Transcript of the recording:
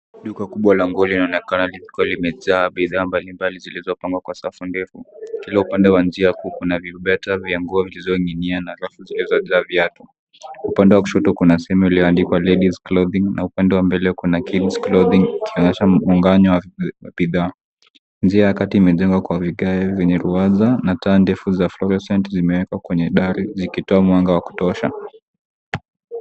Duka kubwa wa nguo linaonekana likiwa limejaa bidhaa mbalimbali zilizopangwa kwa safu ndefu. Kila upande wa njia huu kuna vibeta vya nguo zilizo ning'inia na rafu zilizojaa viatu. Upande wa ushoto kuna sehemu iliyo andikwa Ladies Clothing na upande wa mbele kuna kings Clothing kuonyesha muungano wa bidhaa. Njia ya kati imejengwa kwa vigae vyenye ruwaza na taa ndefu za fluorescent zimewekwa. kwenye dari zikitoa mwanga wa kutosha.